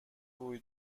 روی